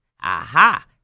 Aha